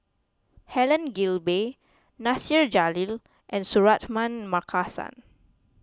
Helen Gilbey Nasir Jalil and Suratman Markasan